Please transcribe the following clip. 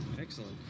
Excellent